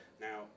Now